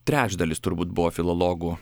trečdalis turbūt buvo filologų